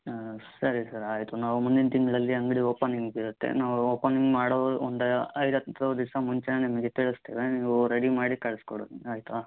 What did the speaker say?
ಹಾಂ ಸರಿ ಸರ್ ಆಯಿತು ನಾವು ಮುಂದಿನ ತಿಂಗಳಲ್ಲಿ ಅಂಗಡಿ ಓಪನಿಂಗ್ಸ್ ಇರತ್ತೆ ನಾವು ಓಪನಿಂಗ್ ಮಾಡೋ ಒಂದೈದು ಹತ್ತು ದಿವಸ ಮುಂಚೆಯೇ ನಿಮಗೆ ತಿಳಿಸ್ತೇವೆ ನೀವು ರೆಡಿ ಮಾಡಿ ಕಳಿಸ್ಕೊಡಿ ಆಯಿತಾ